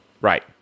Right